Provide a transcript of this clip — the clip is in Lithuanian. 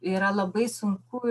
yra labai sunku